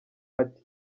ati